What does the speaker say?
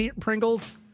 pringles